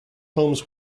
homes